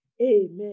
Amen